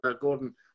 Gordon